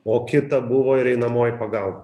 o kita buvo ir einamoji pagalba